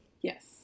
Yes